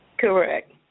Correct